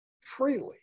freely